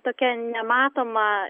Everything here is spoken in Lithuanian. tokia nematoma